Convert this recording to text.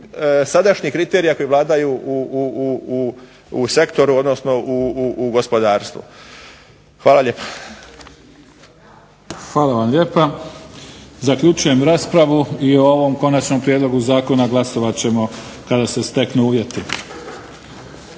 sadašnjih kriterija koji vladaju u sektoru, odnosno u gospodarstvu. Hvala lijepo. **Mimica, Neven (SDP)** Hvala vam lijepa. Zaključujem raspravu i o ovom konačnom prijedlogu zakona glasovat ćemo kada se steknu uvjeti.